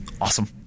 awesome